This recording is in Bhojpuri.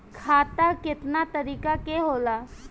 खाता केतना तरीका के होला?